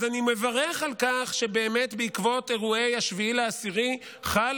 אז אני מברך על כך שבאמת בעקבות אירועי 7 באוקטובר חל